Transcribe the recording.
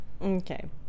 Okay